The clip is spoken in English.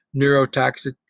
Neurotoxic